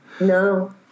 No